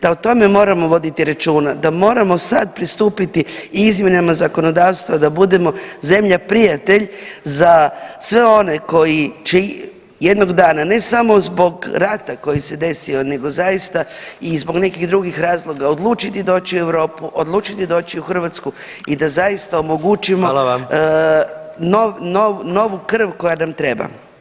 Da o tome moramo voditi računa, da moramo sad pristupiti i izmjenama zakonodavstva da budemo zemlja prijatelj za sve one koji će jednog dana, ne samo zbog rata koji se desio nego zaista i zbog nekih drugih razloga odlučiti doći u Europu, odlučiti doći u Hrvatsku i da zaista omogućimo [[Upadica predsjednik: Hvala vam.]] novu krv koja nam treba.